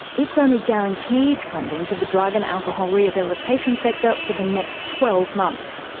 it's only guaranteed funding to the drug and alcohol rehabilitation sector for the next twelve months.